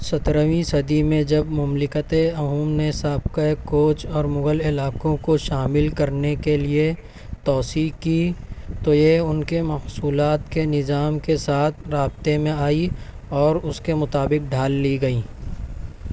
سترہویں صدی میں جب مملکت اہوم نے سابقہ کوچ اور مغل علاقوں کو شامل کرنے کے لیے توسیع کی تو یہ ان کے محصولات کے نظام کے ساتھ رابطے میں آئی اور اس کے مطابق ڈھال لی گئیں